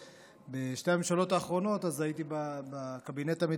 בשתי הממשלות האחרונות הייתי בקבינט המדיני-ביטחוני.